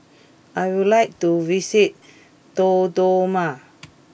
I would like to visit Dodoma